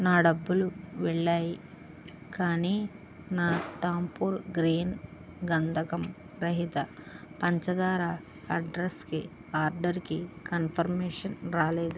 నా డబ్బులు వెళ్ళాయి కానీ నా ధాంపూర్ గ్రీన్ గంధకం రహిత పంచదార అడ్రస్కి ఆర్డర్కి కన్ఫర్మేషన్ రాలేదు